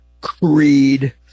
Creed